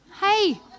Hey